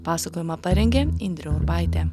pasakojimą parengė indrė urbaitė